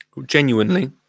Genuinely